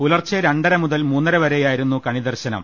പുലർച്ചെ രണ്ടര മുതൽ മൂന്നരവരെയായിരുന്നു കണി ദർശനം